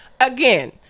again